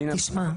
תשמע,